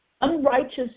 unrighteous